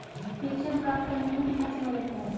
प्रेषण प्राप्त करने में कितना समय लगता है?